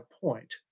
point